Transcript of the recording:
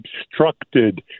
obstructed